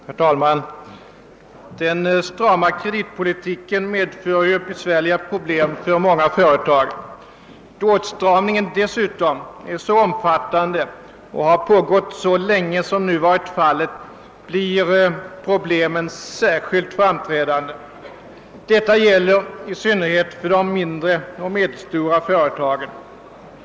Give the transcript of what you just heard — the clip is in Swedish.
Herr talman! Den strama kreditpolitiken medför ju besvärliga problem för många företag. Då åtstramningen dessutom är så omfattande och har pågått så länge som nu varit fallet blir problemen särskilt framträdande. Detta gäller i synnerhet för de mindre och medelstora företagen.